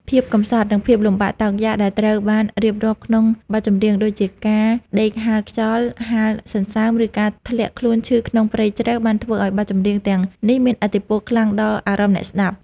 ភាពកំសត់ និងភាពលំបាកតោកយ៉ាកដែលត្រូវបានរៀបរាប់ក្នុងបទចម្រៀង ដូចជាការដេកហាលខ្យល់ហាលសន្សើម ឬការធ្លាក់ខ្លួនឈឺក្នុងព្រៃជ្រៅ បានធ្វើឱ្យបទចម្រៀងទាំងនេះមានឥទ្ធិពលខ្លាំងដល់អារម្មណ៍អ្នកស្ដាប់។